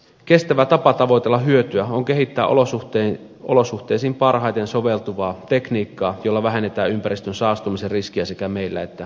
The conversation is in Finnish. kestävä tapa tavoitella hyötyä on kehittää olosuhteisiin parhaiten soveltuvaa tekniikkaa jolla vähennetään ympäristön saastumisen riskiä sekä meillä että muualla